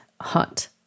hot